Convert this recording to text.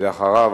ולאחריו,